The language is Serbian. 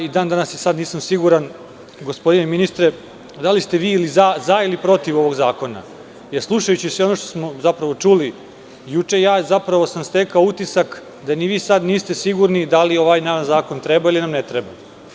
Moram da kažem da i sada nisam siguran, gospodine ministre, da li ste vi za ili protiv ovog zakona, jer slušajući sve ono što smo zapravo čuli juče stekao sam utisak da vi ni sada niste sigurni da li nam ovaj vaš zakon treba ili nam ne treba.